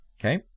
Okay